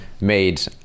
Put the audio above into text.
made